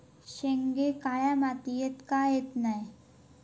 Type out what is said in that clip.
शेंगे काळ्या मातीयेत का येत नाय?